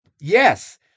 Yes